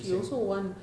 bising